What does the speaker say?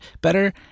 better